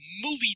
movie